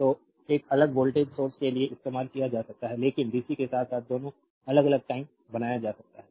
तो एक अलग वोल्टेज सोर्स के लिए इस्तेमाल किया जा सकता है लेकिन डीसी के साथ साथ दोनों अलग अलग टाइम बनाया जा सकता है